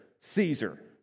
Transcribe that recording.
Caesar